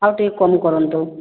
ଆଉ ଟିକେ କମ୍ କରନ୍ତୁ